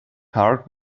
heart